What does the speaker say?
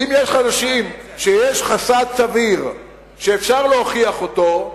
לא, אם יש חשש סביר שאפשר להוכיח אותו,